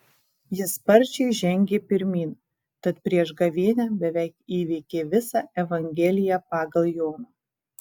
ji sparčiai žengė pirmyn tad prieš gavėnią beveik įveikė visą evangeliją pagal joną